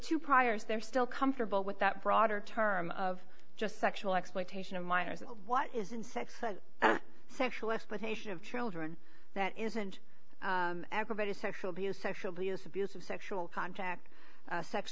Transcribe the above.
two priors they're still comfortable with that broader term of just sexual exploitation of minors and what isn't sex and sexual exploitation of children that isn't aggravated sexual abuse sexual abuse abusive sexual contact